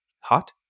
Hot